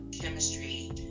chemistry